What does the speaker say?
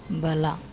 ಬಲ